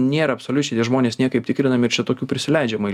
nėra absoliučiai žmonės niekaip tikrinami ir čia tokių prisileidžiama